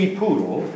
poodle